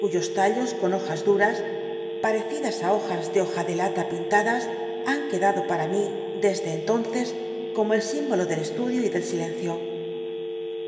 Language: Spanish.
cuyos tallos con hojas duas parecidas á hojas de hojadelata pin tadas han quedado para mi desde entonces como el símbolo del estudio y del silencio